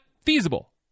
feasible